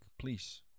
Please